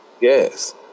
Yes